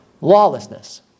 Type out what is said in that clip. lawlessness